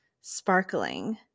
sparkling